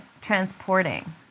transporting